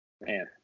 man